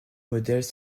modèles